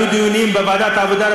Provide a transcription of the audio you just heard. היו דיונים בוועדת העבודה,